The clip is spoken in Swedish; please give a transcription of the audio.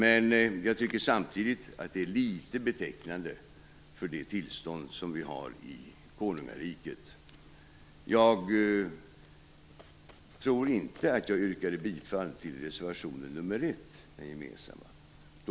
Men jag tycker samtidigt att detta är litet betecknande för det tillstånd som vi har i konungariket. Jag tror inte att jag yrkade bifall till den gemensamma reservationen nr 1.